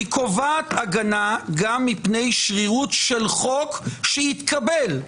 היא קובעת הגנה גם מפני שרירות של חוק שהתקבל,